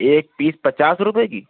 ایک پیس پچاس روپے کی